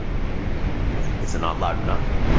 my ears maybe. is it not loud enough?